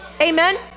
Amen